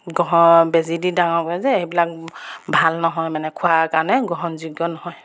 ঘৰৰ বেজী দি ডাঙৰ হয় যে সেইবিলাক ভাল নহয় মানে খোৱাৰ কাৰণে গ্ৰহণযোগ্য নহয়